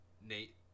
Nate